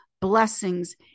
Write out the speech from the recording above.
blessings